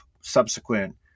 subsequent